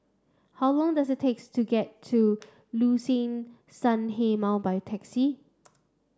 how long does it takes to get to Liuxun Sanhemiao by taxi